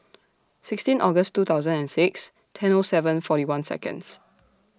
sixteen August two thousand and six ten O seven forty one Seconds